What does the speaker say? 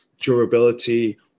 durability